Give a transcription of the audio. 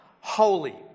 holy